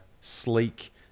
sleek